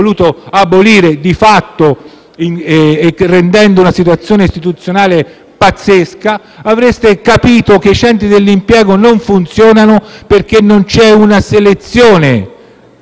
voluto abolire di fatto, rendendo la situazione istituzionale pazzesca - avrebbe capito che i centri per l'impiego non funzionano perché non c'è una selezione